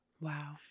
Wow